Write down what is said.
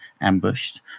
ambushed